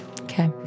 Okay